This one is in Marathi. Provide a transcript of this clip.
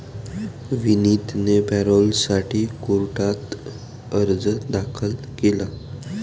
विनीतने पॅरोलसाठी कोर्टात अर्ज दाखल केला